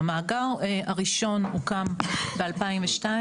המאגר הראשון הוקם ב-2012,